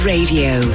Radio